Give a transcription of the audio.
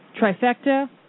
trifecta